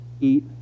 eat